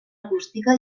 acústica